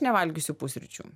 nevalgysiu pusryčių